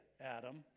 Adam